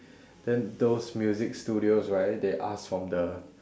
then those music studios right they ask from the